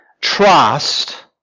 trust